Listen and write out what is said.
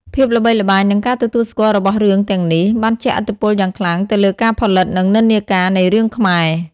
ភាពល្បីល្បាញនិងការទទួលស្គាល់របស់រឿងទាំងនេះ បានជះឥទ្ធិពលយ៉ាងខ្លាំងទៅលើការផលិត និងនិន្នាការនៃរឿងខ្មែរ។